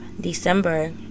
December